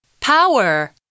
Power